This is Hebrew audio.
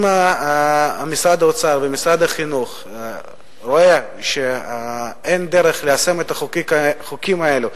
אם משרד האוצר ומשרד החינוך רואים שאין דרך ליישם את החוקים האלה,